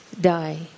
die